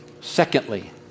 Secondly